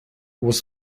was